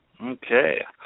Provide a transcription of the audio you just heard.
Okay